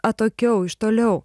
atokiau iš toliau